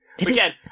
Again